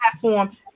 platform